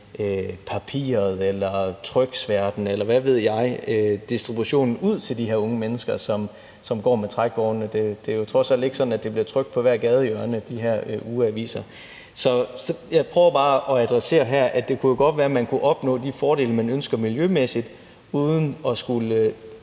papiret eller tryksværten, eller hvad ved jeg – distributionen ud til de her unge mennesker, som går med trækvognene. Det er jo trods alt ikke sådan, at de her ugeaviser bliver trykt på hvert gadehjørne. Jeg prøver bare at adressere her, at det jo godt kunne være, at man kunne opnå de fordele, man ønsker miljømæssigt, uden at skulle